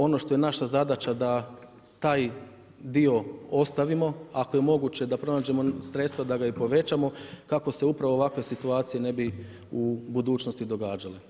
Ono što je naša zadaća da taj dio ostavimo, ako je moguće da pronađemo sredstva da ga i povećamo kako se upravo ovakve situacije ne bi u budućnosti događale.